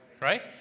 right